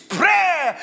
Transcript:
prayer